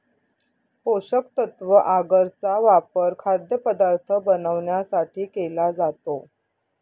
पोषकतत्व आगर चा वापर खाद्यपदार्थ बनवण्यासाठी केला जातो